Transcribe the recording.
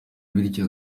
bityo